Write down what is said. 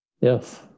yes